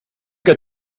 que